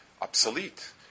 obsolete